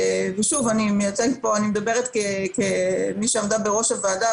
אני מדברת כמי שעמדה בראש הוועדה,